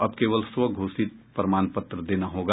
अब केवल स्व घोषित प्रमाण पत्र देना होगा